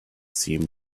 seem